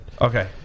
Okay